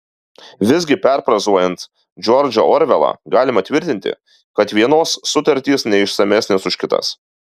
visgi perfrazuojant džordžą orvelą galima tvirtinti kad vienos sutartys neišsamesnės už kitas